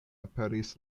aperis